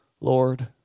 Lord